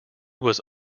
was